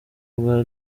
bwa